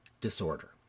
disorder